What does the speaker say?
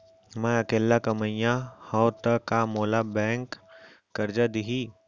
मैं अकेल्ला कमईया हव त का मोल बैंक करजा दिही?